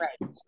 Right